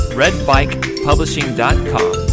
redbikepublishing.com